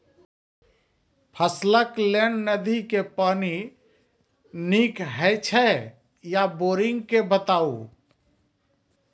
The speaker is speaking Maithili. फसलक लेल नदी के पानि नीक हे छै या बोरिंग के बताऊ?